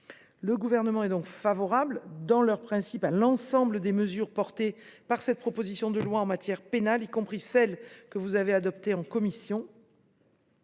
Le Gouvernement est favorable, dans leur principe, à l’ensemble des mesures portées par cette proposition de loi en matière pénale, y compris celles que vous avez adoptées en commission.